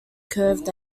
curved